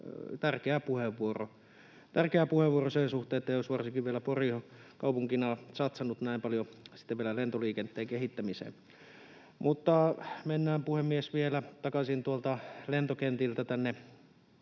Tärkeä puheenvuoro sen suhteen, jos varsinkin vielä Pori on kaupunkina satsannut näin paljon lentoliikenteen kehittämiseen. Mutta mennään, puhemies, vielä takaisin lentokentiltä